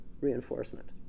reinforcement